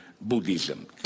Buddhism